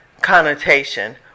connotation